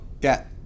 get